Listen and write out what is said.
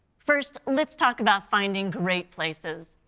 first, let's talk about finding great places.